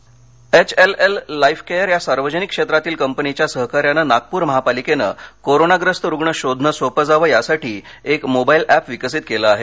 corona Nagpur HLL Lifecare या सार्वजनिक क्षेत्रातील कंपनीच्या सहकार्यानं नागपूर महापालिकेनं कोरोनाग्रस्त रुग्ण शोधणं सोपं जावं यासाठी एक मोबाईल ऍप विकसित केलं आहे